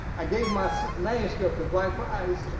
i gave my so manuscript to black pride,